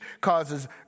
causes